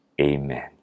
Amen